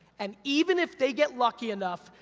and even if they get lucky enough,